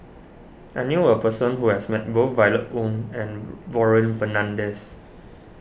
I knew a person who has met both Violet Oon and Warren Fernandez